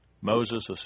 Moses